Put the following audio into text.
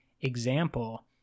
example